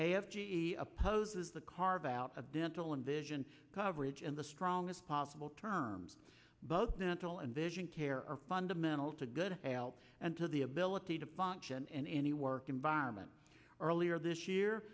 g opposes the carve out a dental and vision coverage in the strongest possible terms both dental and vision care are fundamental to good health and to the ability to function in any work environment earlier this year